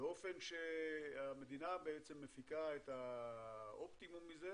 באופן שהמדינה מפיקה את המיטב מזה,